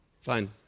Fine